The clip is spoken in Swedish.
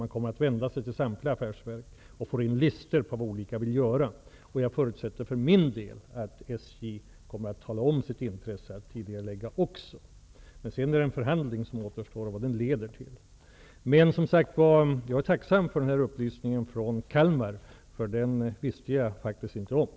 Man kommer att vända sig till samtliga affärsverk och begära att få listor på vad de vill göra, och jag förutsätter att SJ kommer att tala om sitt intresse av att tidigarelägga. Sedan är det en förhandling som återstår, och vi får se vad den leder till. Jag är alltså tacksam för upplysningen från Kalmar -- det var något som jag inte kände till.